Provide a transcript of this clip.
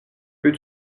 peux